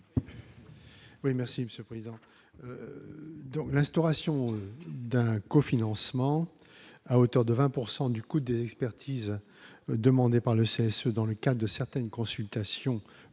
Oui, merci Monsieur le Président, donc l'instauration d'un cofinancement à hauteur de 20 pourcent du coût des expertises demandées par le se, dans le cas de certaines consultations ponctuelles